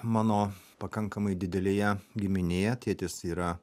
mano pakankamai didelėje giminėje tėtis yra